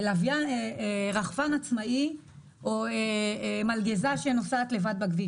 רחפן עצמאי או מלגזה שנוסעת לבד בכביש.